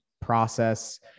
process